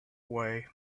away